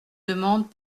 demandes